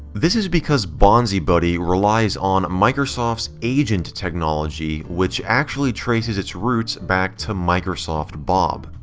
this is because bonzibuddy relies on microsoft's agent technology which actually traces its routes back to microsoft bob.